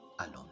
alone